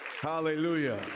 Hallelujah